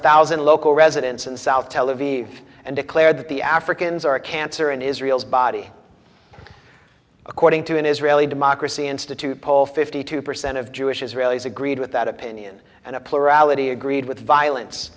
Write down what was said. thousand local residents in south tel aviv and declared that the africans are a cancer in israel's body according to an israeli democracy institute poll fifty two percent of jewish israelis agreed with that opinion and a plurality agreed with violence